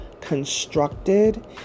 constructed